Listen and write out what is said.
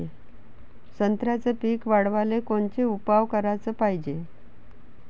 संत्र्याचं पीक वाढवाले कोनचे उपाव कराच पायजे?